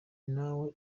nawe